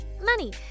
money